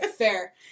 Fair